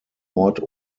ort